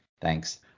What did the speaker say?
Thanks